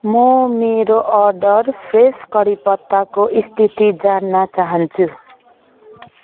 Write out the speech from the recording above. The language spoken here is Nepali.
म मेरो अर्डर फ्रेस कढीपत्ताको स्थिति जान्न चाहन्छु